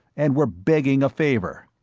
and we're begging a favor.